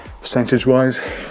Percentage-wise